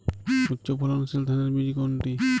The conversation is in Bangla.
উচ্চ ফলনশীল ধানের বীজ কোনটি?